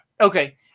Okay